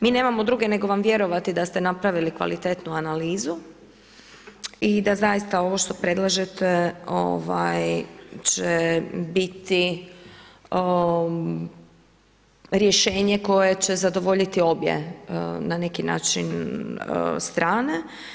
Mi nemamo druge nego vam vjerovati da ste napravili kvalitetnu analizu i da zaista ovo što predlažete će biti rješenje koje će zadovoljiti obje na neki način strane.